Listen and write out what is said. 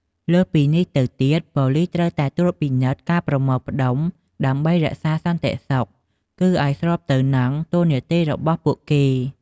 លើសពីនេះទៀត ប៉ូលីសត្រូវតែត្រួតពិនិត្យការប្រមូលផ្ដុំ ដើម្បីរក្សាសន្តិសុខ គឺឲ្យស្របទៅនឹងតួនាទីរបស់ពួកគេ។